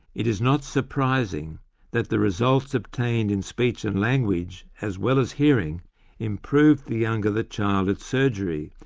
it is not surprising that the results obtained in speech and language as well as hearing improved the younger the child at surgery,